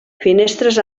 finestres